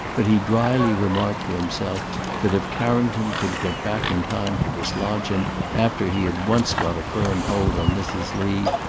but he drily remarked to himself that if carrington could get back in time to dislodge him after he had once got a firm hold on mrs. lee,